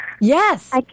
Yes